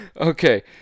Okay